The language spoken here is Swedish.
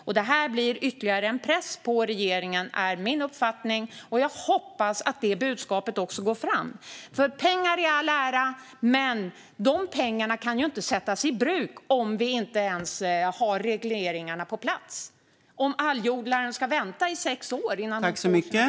Min uppfattning är att tillkännagivandet blir ytterligare en press på regeringen. Och jag hoppas att budskapet också går fram. Pengar i all ära. Men de pengarna kan inte användas om regleringarna inte ens finns på plats och om algodlarna ska vänta i sex år innan de får besked.